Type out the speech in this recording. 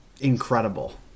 incredible